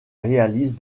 réalise